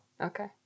Okay